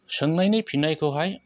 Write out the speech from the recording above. सोंनायनि फिननायखौहाय